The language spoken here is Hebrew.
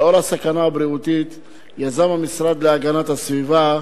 לנוכח הסכנה הבריאותית יזם המשרד להגנת הסביבה,